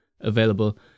available